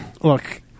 look